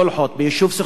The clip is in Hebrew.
ביישוב סכסוכים,